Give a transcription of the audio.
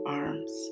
arms